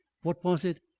what was it?